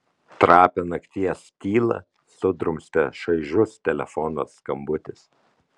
trapią nakties tylą sudrumstė šaižus telefono skambutis